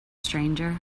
stranger